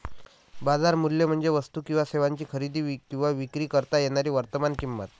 बाजार मूल्य म्हणजे वस्तू किंवा सेवांची खरेदी किंवा विक्री करता येणारी वर्तमान किंमत